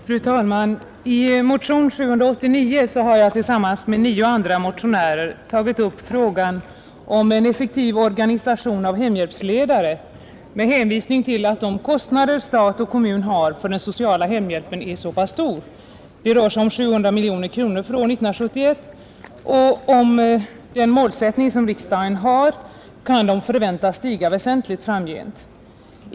Fru talman! I motion 789 har jag tillsammans med nio andra motionärer tagit upp frågan om en effektiv organisation av hemhjälpsledare med hänvisning till att de kostnader som stat och kommun har för den sociala hemhjälpen är så pass stora — 700 miljoner kronor för år 1971 — och att de med den målsättning riksdagen har kan förväntas stiga väsentligt framgent.